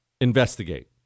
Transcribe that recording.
investigate